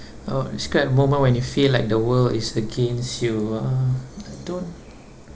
uh describe a moment when you feel like the world is against you uh I don't